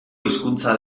hizkuntza